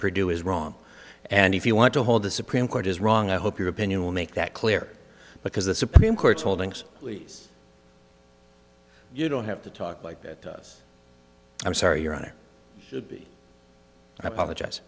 producer is wrong and if you want to hold the supreme court is wrong i hope your opinion will make that clear because the supreme court's holdings you don't have to talk like that i'm sorry your honor it i apologize